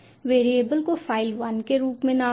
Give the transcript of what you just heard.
variable को file 1 के रूप में नाम दें